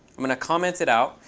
i'm going to comment it out.